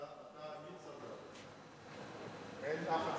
דודו, אתה אמיץ אתה, אין אף אחד